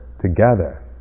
together